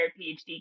PhD